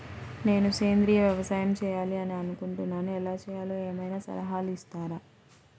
నేను సేంద్రియ వ్యవసాయం చేయాలి అని అనుకుంటున్నాను, ఎలా చేయాలో ఏమయినా సలహాలు ఇస్తారా?